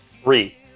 Three